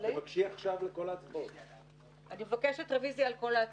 תבקשי עכשיו על כל ההצבעות.